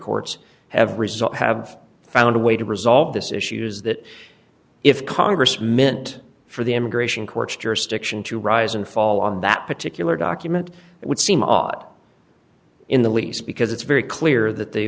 courts have result have found a way to resolve this issues that if congressmen and for the immigration court's jurisdiction to rise and fall on that particular document it would seem odd in the least because it's very clear that the